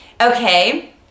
okay